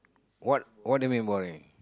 what what do you mean boy